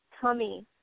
tummy